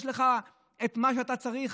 יש לך את מה שאתה צריך,